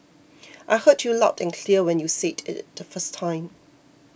I heard you loud and clear when you said it the first time